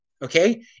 Okay